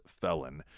felon